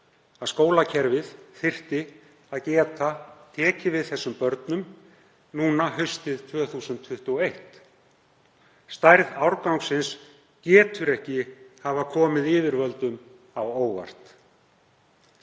að skólakerfið þyrfti að geta tekið við þessum börnum haustið 2021. Stærð árgangsins getur ekki hafa komið yfirvöldum á óvart.